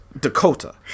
Dakota